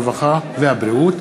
הרווחה והבריאות,